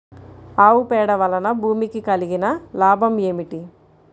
ఆవు పేడ వలన భూమికి కలిగిన లాభం ఏమిటి?